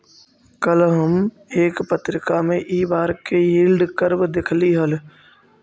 कल हम एक पत्रिका में इ बार के यील्ड कर्व देखली हल